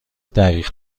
دقیق